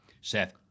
Seth